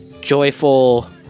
joyful